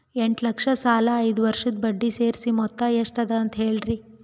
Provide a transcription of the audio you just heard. ಎಂಟ ಲಕ್ಷ ಸಾಲದ ಐದು ವರ್ಷದ ಬಡ್ಡಿ ಸೇರಿಸಿ ಮೊತ್ತ ಎಷ್ಟ ಅದ ಅಂತ ಹೇಳರಿ?